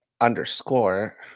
underscore